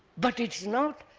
but it is not